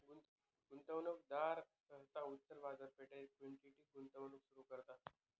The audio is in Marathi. गुंतवणूकदार सहसा उच्च बाजारपेठेत इक्विटी गुंतवणूक सुरू करतात